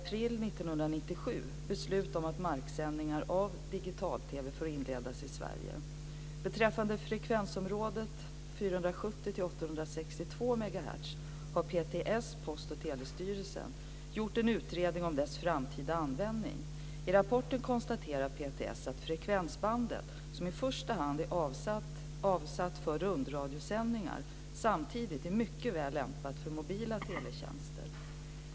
Post och telestyrelsen, PTS, gjort en utredning om dess framtida användning. I rapporten konstaterar PTS att frekvensbandet, som i första hand är avsatt för rundradiosändningar, samtidigt är mycket väl lämpat för mobila teletjänster.